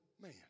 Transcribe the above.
man